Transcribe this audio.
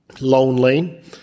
lonely